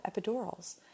epidurals